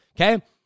Okay